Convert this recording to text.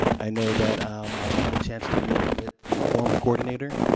i know that um i had a chance to meet with the former coordinator,